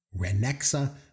Renexa